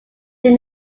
they